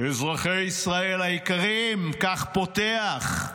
אזרחי ישראל היקרים, כך פותח,